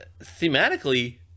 Thematically